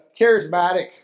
charismatic